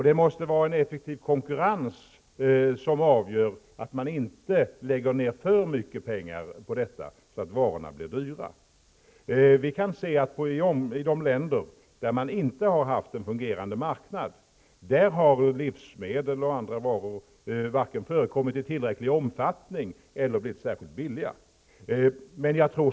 Det måste vara en effektiv konkurrens som bidrar till att man inte lägger ner för mycket pengar på detta så att varorna blir dyra. I de länder där man inte har haft en fungerande marknad har inte livsmedel eller andra varor vare sig förekommit i tillräcklig omfattning eller blivit särskilt billiga.